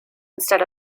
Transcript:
instead